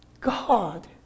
god